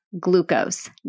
glucose